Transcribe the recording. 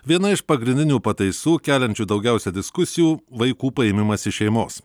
viena iš pagrindinių pataisų keliančių daugiausia diskusijų vaikų paėmimas iš šeimos